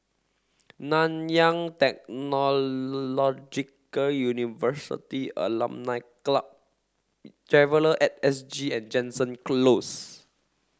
Nanyang Technological University Alumni Club Traveller at S G and Jansen Close